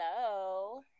Hello